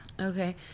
Okay